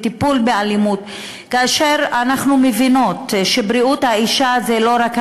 לטיפול באלימות: אנחנו מבינות שבריאות האישה זה לא רק